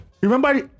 Remember